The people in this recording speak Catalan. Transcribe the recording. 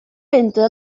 ventre